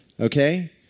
okay